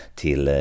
till